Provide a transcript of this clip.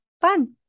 fun